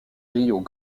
ríos